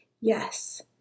yes